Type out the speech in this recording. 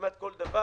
כמעט כל דבר.